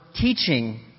teaching